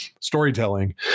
storytelling